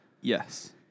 Yes